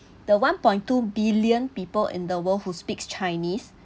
the one point two billion people in the world who speak chinese